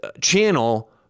channel